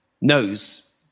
knows